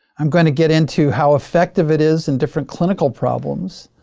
i'm gonna get into how effective it is in different clinical problems,